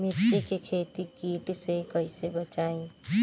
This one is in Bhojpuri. मिर्च के खेती कीट से कइसे बचाई?